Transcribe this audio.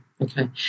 okay